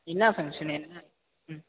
என்ன ஃபங்ஷன் என்ன ம்